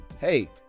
hey